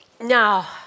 Now